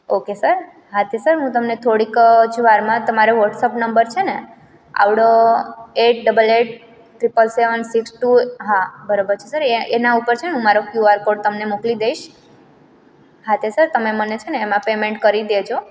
okay sir હાતે sir હું તમને થોડીક જ વારમાં તમારે વૉટ્સએપ નંબર છે ને આવડો eight double eight triple seven six two હા બરોબર છે સર એના ઉપર છે ને હું મારો કયુઆર કોડ તમને મોકલી દઈશ હા તે સર તમે મને છે ને એમાં પેમેન્ટ કરી દેજો